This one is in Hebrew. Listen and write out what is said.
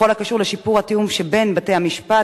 בכל הקשור לשיפור התיאום שבין בתי-המשפט,